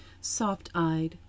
soft-eyed